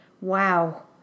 wow